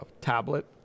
tablet